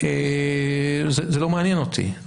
זה לא מעניין אותי.